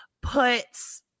puts